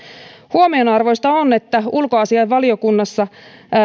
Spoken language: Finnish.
huomionarvoista on että ulkoasiainvaliokunnassa